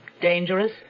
Dangerous